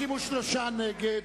53 נגד,